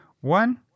One